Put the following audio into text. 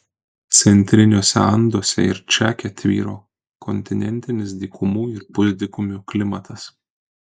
centriniuose anduose ir čake tvyro kontinentinis dykumų ir pusdykumių klimatas